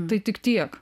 tai tik tiek